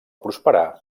prosperar